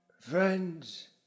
Friends